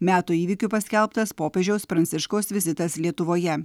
metų įvykiu paskelbtas popiežiaus pranciškaus vizitas lietuvoje